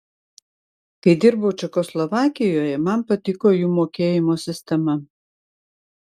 kai dirbau čekoslovakijoje man patiko jų mokėjimo sistema